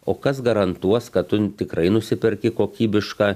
o kas garantuos kad tu tikrai nusiperki kokybišką